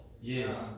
yes